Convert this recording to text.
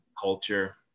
culture